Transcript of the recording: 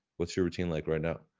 what's your routine, like right now?